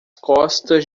costas